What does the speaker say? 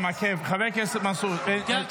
חבר הכנסת מנסור, אתה מעכב.